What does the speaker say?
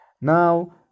Now